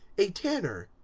a tanner.